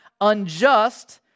unjust